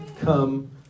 come